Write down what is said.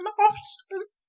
options